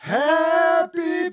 happy